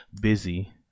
busy